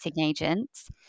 agents